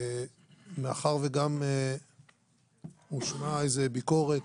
מאחר שגם הושמעה ביקורת,